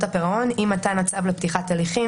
הפירעון עם מתן הצו לפתיחת הליכים.